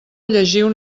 llegiu